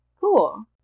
cool